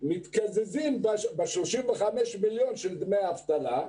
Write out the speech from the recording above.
מתקזזים ב-35 מיליון של דמי האבטלה.